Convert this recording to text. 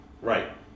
Right